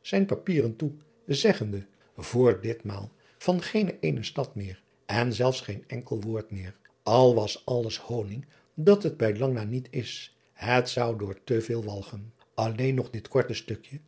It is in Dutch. zijne papieren toe zeggende oor ditmaal van geene ééne stad meer en zelfs geen enkel woord meer l was alles honig dat het bij lang na niet is het zou door te veel walgen lleen nog dit korte stukje